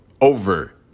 over